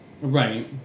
Right